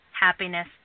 Happiness